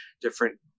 different